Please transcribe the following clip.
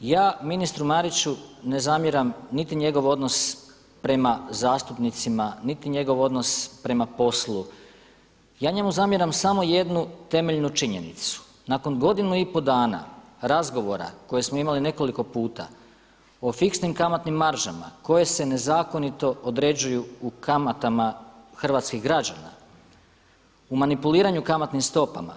Ja ministru Mariću ne zamjeram niti njegov odnos prema zastupnicima, niti njegov odnos prema poslu, ja njemu zamjeram samo jednu temeljnu činjenicu, nakon godinu i pol dana razgovora koje smo imali nekoliko puta o fiksnim kamatnim maržama koje se nezakonito određuju u kamatama hrvatskih građana u manipuliranju kamatnim stopama.